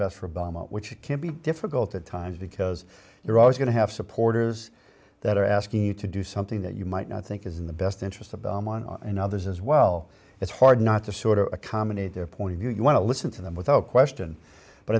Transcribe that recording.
best for obama which can be difficult at times because you're always going to have supporters that are asking you to do something that you might not think is in the best interest of another's as well it's hard not to sort of accommodate their point of view you want to listen to them without question but